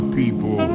people